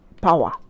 power